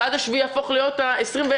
ועד-7 בחודש זה יהפוך להיות 21 ימים,